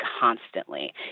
constantly